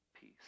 peace